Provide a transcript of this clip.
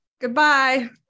goodbye